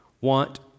want